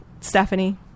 stephanie